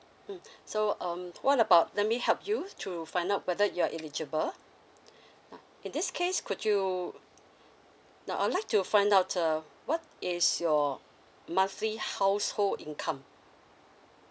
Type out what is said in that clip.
mm so um what about let me help you to find out whether you are illegible uh in this case could you now I would like to find out uh what is your monthly household income